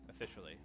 Officially